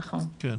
נתון.